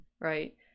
right